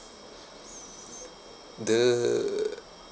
the